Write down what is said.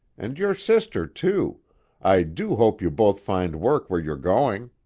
and your sister, too i do hope you both find work where you're going.